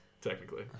technically